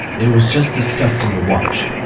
it was just disgusting to watch.